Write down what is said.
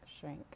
shrink